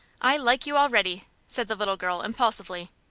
i like you already, said the little girl, impulsively.